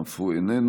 אף הוא איננו.